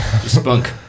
Spunk